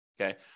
Okay